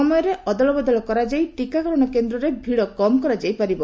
ସମୟରେ ଅଦଳବଦଳ କରାଯାଇ ଟିକାକରଣ କେନ୍ଦ୍ରରେ ଭିଡ଼ କମ୍ କରାଯାଇ ପାରିବ